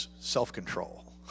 self-control